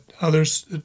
others